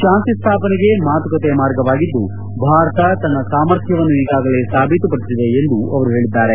ಶಾಂತಿ ಸ್ಲಾಪನೆಗೆ ಮಾತುಕತೆ ಮಾರ್ಗವಾಗಿದ್ದು ಭಾರತ ತನ್ನ ಸಾಮರ್ಥ್ಯವನ್ನು ಈಗಾಗಲೇ ಸಾಬೀತುಪಡಿಸಿದೆ ಎಂದು ಅವರು ಹೇಳಿದ್ದಾರೆ